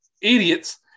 idiots